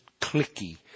clicky